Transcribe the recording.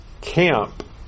camp